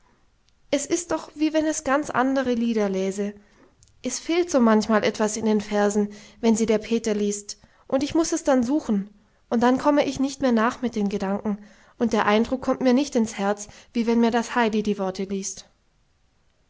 es ist doch wie wenn es ganz andere lieder läse es fehlt so manchmal etwas in den versen wenn sie der peter liest und ich muß es dann suchen und dann komme ich nicht mehr nach mit den gedanken und der eindruck kommt mir nicht ins herz wie wenn mir das heidi die worte liest